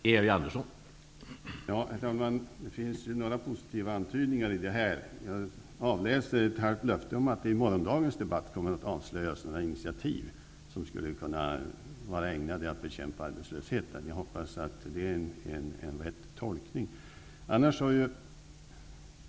Herr talman! Det finns några positiva antydningar i det arbetsmarknadsministern säger. Jag avläser ett halvt löfte att det i morgondagens debatt kommer att avslöjas några nya initiativ som skulle kunna vara ägnade att bekämpa arbetslösheten. Jag hoppas att det är en rätt tolkning.